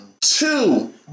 two